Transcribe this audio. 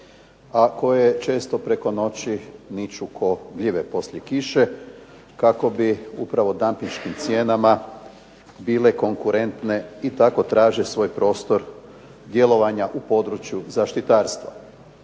a koje često preko noći niču kao gljive poslije kiše kako bi upravo dampinškim cijenama bile konkurentne i tako traže svoj prostor djelovanja u području zaštitarstva.